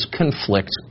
conflict